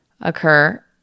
occur